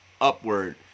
upward